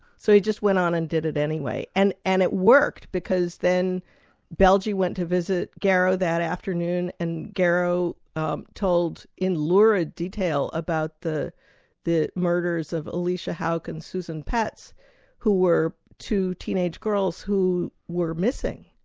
so he just went on and did it anyway. and and it worked, because then belge went to visit garrow that afternoon, and garrow um told in lurid detail, about the the murders of alicia hauck and susan petz who were two teenage girls who were missing.